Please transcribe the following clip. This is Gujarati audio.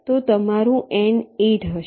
તો તમારું N 8 હશે અને R 6 હશે